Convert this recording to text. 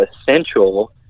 essential